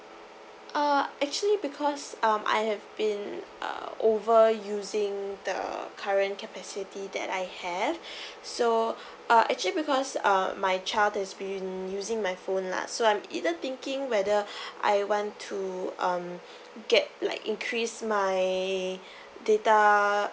uh actually because um I have been err over using the current capacity that I have so uh actually because uh my child is been using my phone lah so I'm either thinking whether I want to um get like increase my data